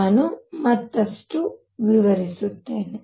ನಾನು ಮತ್ತಷ್ಟು ವಿವರಿಸುತ್ತೇನೆ